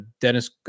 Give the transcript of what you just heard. Dennis